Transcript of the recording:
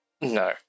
No